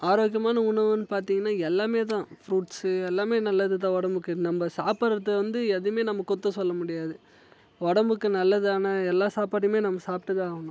ஆரோக்கியமான உணவுன்னு பார்த்தீங்கன்னா எல்லாம் தான் ஃப்ரூட்ஸு எல்லாம் நல்லது தான் உடம்புக்கு நம்ம சாப்பிட்றத வந்து எதுவுமே நம்ம குத்தம் சொல்ல முடியாது உடம்புக்கு நல்ல தானே எல்லா சாப்பாடும் நம்ம சாப்பிட்டு தான் ஆகணும்